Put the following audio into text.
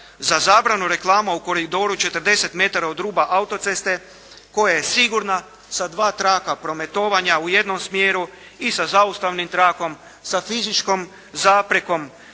za zabranu reklama u koridoru 40 metara od ruba autoceste koje je sigurna sa dva traka prometovanja u jednom smjeru i sa zaustavnim trakom, sa fizičkom zaprekom